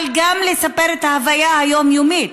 אבל גם לספר את ההוויה היומיומית.